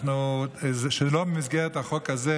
שלא במסגרת החוק הזה,